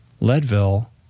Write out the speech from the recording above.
Leadville